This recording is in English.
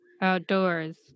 outdoors